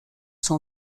son